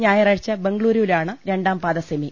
ഞായറാഴ്ച്ച ബംഗളൂരുവിലാണ് രണ്ടാം പാദ സെമി